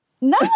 no